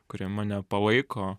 kuri mane palaiko